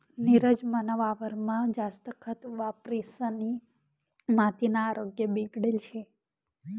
नीरज मना वावरमा जास्त खत वापरिसनी मातीना आरोग्य बिगडेल शे